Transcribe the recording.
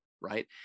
Right